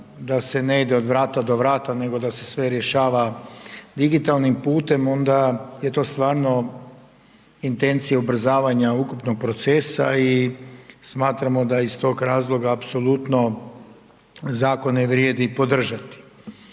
da se ne ide od vrata do vrata, nego da se sve rješava digitalnim putem onda je to stvarno intencija ubrzavanja ukupnog procesa. I smatramo da iz tog razloga apsolutno zakone vrijedi i podržati.